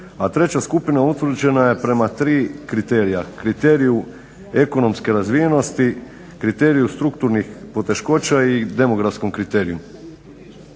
a treća skupina utvrđena je prema tri kriterija, kriteriju ekonomske razvijenosti, kriteriju strukturnih poteškoća i demografskom kriteriju.